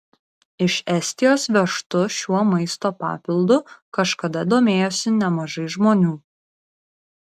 iš estijos vežtu šiuo maisto papildu kažkada domėjosi nemažai žmonių